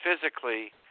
physically